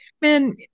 Man